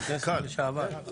חבר כנסת לשעבר.